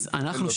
אז אנחנו,